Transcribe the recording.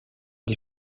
des